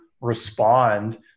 respond